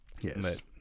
Yes